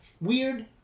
Weird